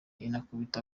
inakubita